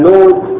Lord